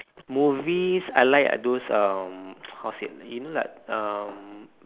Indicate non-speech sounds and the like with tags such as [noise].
[breath] movies I like a~ those um [noise] how say you know like um